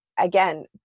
again